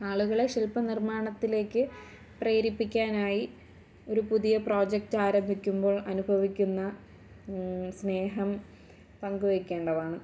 ആളുകൾ ശില്പനിർമ്മാണത്തിലേക്ക് പ്രേരിപ്പിക്കാനായി ഒരു പുതിയ പ്രൊജക്ട് ആരംഭിക്കുമ്പോൾ അനുഭവിക്കുന്ന സ്നേഹം പങ്കുവയ്ക്കേണ്ടതാണ്